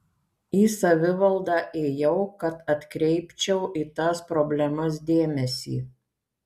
į savivaldą ėjau kad atkreipčiau į tas problemas dėmesį